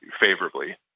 favorably